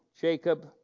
Jacob